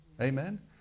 Amen